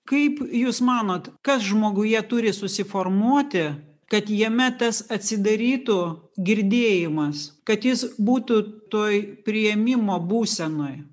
kaip jūs manot kas žmoguje turi susiformuoti kad jame tas atsidarytų girdėjimas kad jis būtų tuoj priėmimo būsenoj